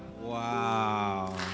Wow